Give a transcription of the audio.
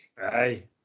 Hey